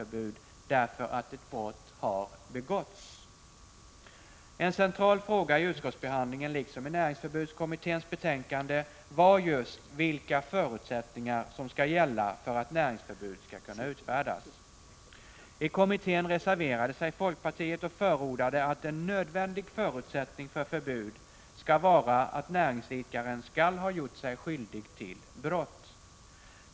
»rbud, därför att ett brott har begåtts. En central fråga vid utskottsbehandlingen, liksom i näringsförbudskommitténs betänkande, var just vilka förutsättningar som skall gälla för att nåringsförbud skall kunna utfärdas. I kommittén reserverade sig folkpartiet och förordade att en nödvändig förutsättning för förbud skall vara att näringsidkaren skall ha gjort sig skyldig till brott.